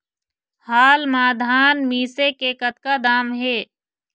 हाल मा धान मिसे के कतका दाम हे?